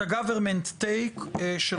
את ה- government take של כי"ל.